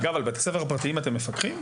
אגב, על בתי הספר הפרטיים אתם מפקחים?